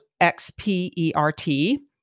X-P-E-R-T